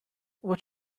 what